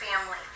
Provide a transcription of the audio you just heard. family